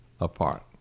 apart